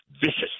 vicious